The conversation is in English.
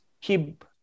keep